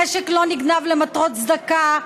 נשק לא נגנב למטרות צדקה,